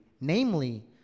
namely